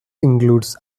includes